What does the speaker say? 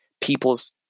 people's